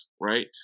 Right